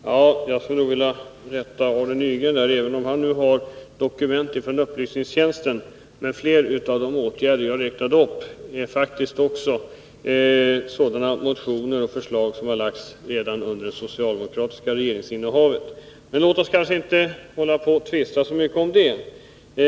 Herr talman! Jag skulle nog vilja rätta Arne Nygren, även om han har dokument från upplysningstjänsten. Flera av de förslag till åtgärder jag räknade upp finns faktiskt i sådana motioner som har väckts redan under det socialdemokratiska regeringsinnehavet. Men låt oss inte tvista så mycket om det.